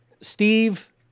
Steve